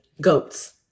goats